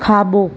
खाॿो